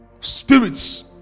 spirits